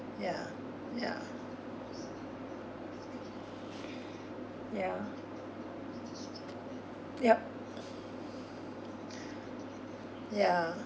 ya ya ya yup ya